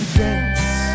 dance